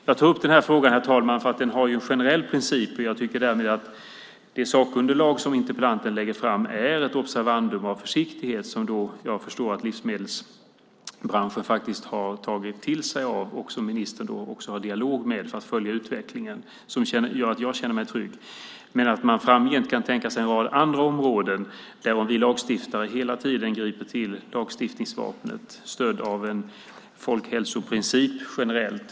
Jag tar upp den här frågan för att det gäller en generell princip. Det sakunderlag som interpellanten lägger fram är ett observandum om försiktighet som jag förstår att livsmedelsbranschen har tagit till sig av. Ministern för en dialog för att följa utvecklingen. Jag känner mig trygg. Men framgent kan man tänka sig en rad andra områden där vi lagstiftare hela tiden griper till lagstiftningsvapnet stödda av en folkhälsoprincip generellt.